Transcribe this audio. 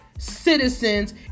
citizens